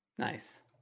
Nice